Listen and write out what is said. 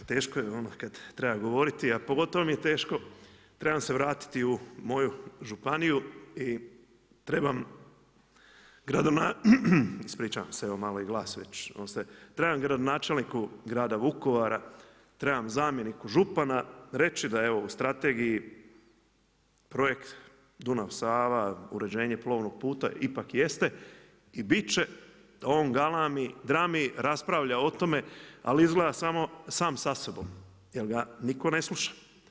Uf, teško je ono kada treba govoriti a pogotovo mi je teško, trebam se vratiti u moju županiju i trebam gradonačelniku, ispričavam se, evo, malo i glas već ostaje, trebam gradonačelniku grada Vukovara, trebam zamjeniku župana reći da evo u strategiji projekt Dunav-Sava, uređenje plovnog puta ipak jeste i biti će, on galami, drami, raspravlja o tome ali izgleda samo sam sa sobom jer ga nitko ne sluša.